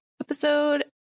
episode